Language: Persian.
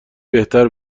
بهتر